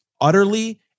utterly